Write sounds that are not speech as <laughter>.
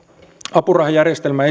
apurahajärjestelmä <unintelligible>